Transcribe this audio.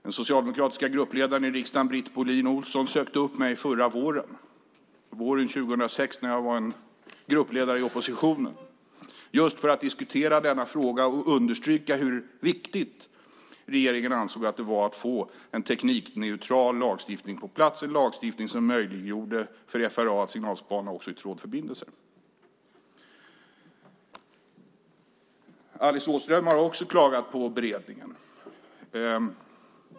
Den socialdemokratiska gruppledaren i riksdagen, Britt Bohlin Olsson, sökte upp mig på våren 2006 när jag var gruppledare i oppositionen för att diskutera denna fråga och understryka hur viktigt regeringen ansåg att det var att få en teknikneutral lagstiftning på plats, en lagstiftning som möjliggjorde för FRA att signalspana också i trådförbindelser. Alice Åström har också klagat på beredningen.